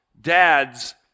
dads